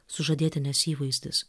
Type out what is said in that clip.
sužadėtinės įvaizdis